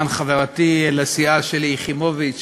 גם חברתי לסיעה שלי יחימוביץ,